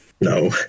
No